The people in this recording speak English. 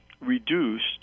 reduced